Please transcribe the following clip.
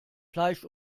fleisch